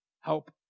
Help